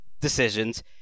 decisions